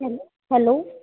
hello hello